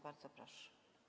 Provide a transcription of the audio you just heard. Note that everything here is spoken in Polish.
Bardzo proszę.